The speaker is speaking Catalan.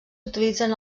utilitzen